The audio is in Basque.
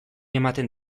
ematen